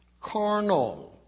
Carnal